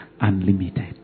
Unlimited